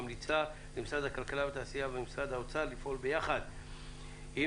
ממליצה למשרד הכלכלה והתעשייה ומשרד האוצר לפעול ביחד עם